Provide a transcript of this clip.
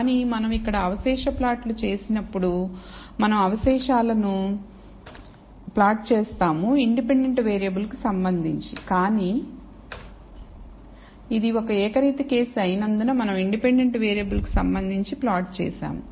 కానీ మనం ఇక్కడ అవశేష ప్లాట్లు చేసినప్పుడు మనం అవశేషాలను ప్లాట్ చేసాము ఇండిపెండెంట్ వేరియబుల్ కి సంబంధించి కానీ ఇది ఒక ఏకరీతి కేసు అయినందున మనం ఇండిపెండెంట్ వేరియబుల్ కి సంబంధించి ఫ్లాట్ చేశాము